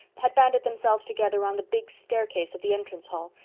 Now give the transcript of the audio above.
had banded themselves together on the big staircase of the entrance hall,